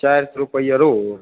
चारि सए रुपैआ रोज